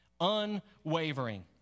unwavering